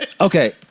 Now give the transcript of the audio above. Okay